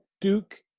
Duke